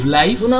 life